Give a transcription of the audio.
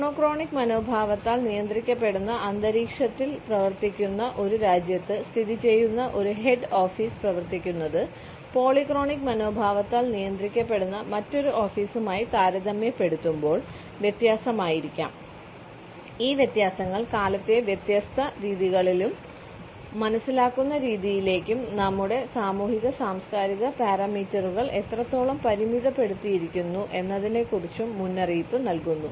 monochronic മനോഭാവത്താൽ നിയന്ത്രിക്കപ്പെടുന്ന അന്തരീക്ഷത്തിൽ പ്രവർത്തിക്കുന്ന ഒരു രാജ്യത്ത് സ്ഥിതിചെയ്യുന്ന ഒരു ഹെഡ് ഓഫീസ് പ്രവർത്തിക്കുന്നത് പോളിക്രോണിക് മനോഭാവത്താൽ നിയന്ത്രിക്കപ്പെടുന്ന മറ്റൊരു ഓഫീസുമായി താരതമ്യപ്പെടുത്തുമ്പോൾ വ്യത്യസ്തമായിരിക്കും ഈ വ്യത്യാസങ്ങൾ കാലത്തെ വ്യത്യസ്ത രീതികളിൽ മനസ്സിലാക്കുന്ന രീതിയിലേക്കും നമ്മുടെ സാമൂഹിക സാംസ്കാരിക പാരാമീറ്ററുകൾ എത്രത്തോളം പരിമിതപ്പെടുത്തിയിരിക്കുന്നു എന്നതിനെക്കുറിച്ചും മുന്നറിയിപ്പ് നൽകുന്നു